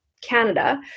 Canada